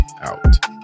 out